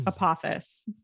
Apophis